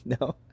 No